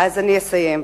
אני אסיים.